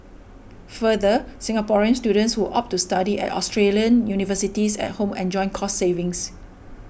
further Singaporean students who opt to study at Australian universities at home enjoy cost savings